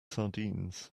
sardines